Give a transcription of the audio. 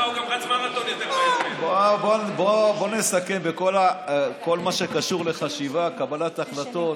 בוא נסכם: בכל מה שקשור לחשיבה, קבלת החלטות